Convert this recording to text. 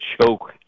choke